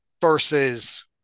versus